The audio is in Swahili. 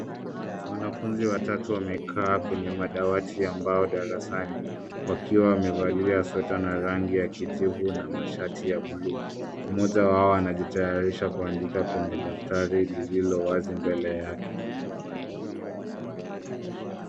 Wanafunzi watatu wamekaa kwenye madawati ya mbao darasani wakiwa wamevalia sweta na rangi ya kijivu na mashati ya bluu. Mmoja wao anajitayarisha kuandika kwenye daftari lililo wazi mbele yake.